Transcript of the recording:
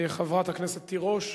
חברת הכנסת תירוש,